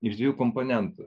iš dviejų komponentų